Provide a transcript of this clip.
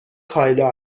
کایلا